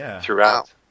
throughout